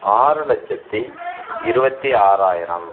ஆறு லட்சத்து இருபத்தி ஆறாயிரம்